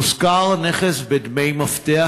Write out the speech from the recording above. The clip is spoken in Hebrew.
הושכר נכס בדמי מפתח,